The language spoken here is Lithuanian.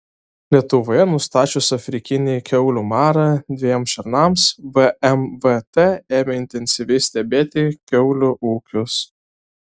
lietuvoje nustačius afrikinį kiaulių marą dviem šernams vmvt ėmė intensyviai stebėti kiaulių ūkius